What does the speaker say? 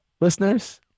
listeners